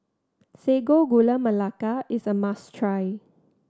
Sago Gula Melaka is a must try